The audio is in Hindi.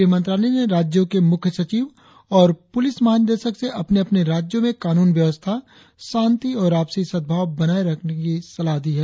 गृहमंत्रालय ने राज्यों के मुख्य सचिव और पुलिस महानिदेशक से अपने अपने राज्यों में कानून व्यवस्था शांति और आपसी सद्भाव बनाए रखने की सलाह दी है